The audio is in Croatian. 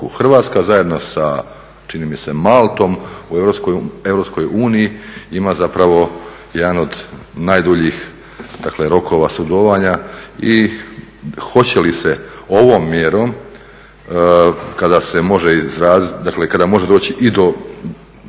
Hrvatska zajedno sa čini mi sa Maltom u Europskoj uniji ima zapravo jedan od najduljih, dakle rokova, sudovanja i hoće li se ovom mjerom kada se može izraziti,